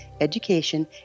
education